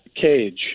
cage